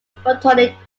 photonic